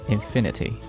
Infinity